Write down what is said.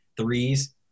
threes